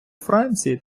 франції